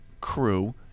crew